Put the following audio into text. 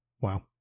Wow